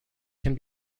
can